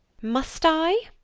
must i?